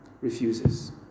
refuses